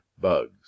bugs